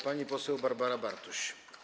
Pani poseł Barbara Bartuś.